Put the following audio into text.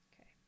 Okay